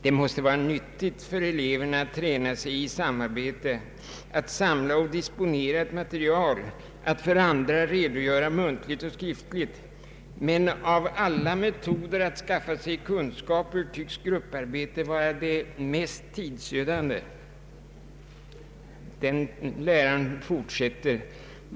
Det måste vara nyttigt för eleverna att träna sig i samarbete, att samla och disponera ett material, att för andra redogöra muntligt och skriftligt. Men av alla metoder att skaffa sig kunskaper tycks grupparbete vara det mest tidsödande.